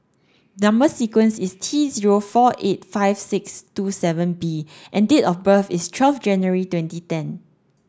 number sequence is T zero four eight five six two seven B and date of birth is twelfth January twenty ten